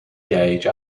gage